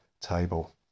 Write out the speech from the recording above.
table